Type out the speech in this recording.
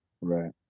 Right